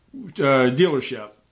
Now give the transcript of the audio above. dealership